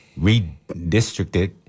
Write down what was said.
redistricted